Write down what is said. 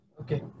Okay